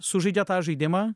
sužaidžia tą žaidimą